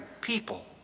people